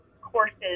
courses